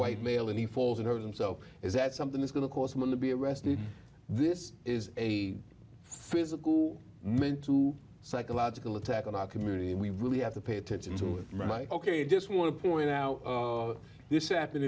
white male and he falls and hurt them so is that something is going to cost money to be arrested this is a physical meant to psychological attack on our community and we really have to pay attention to it like ok i just want to point out that this happened